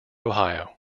ohio